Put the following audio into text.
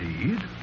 Indeed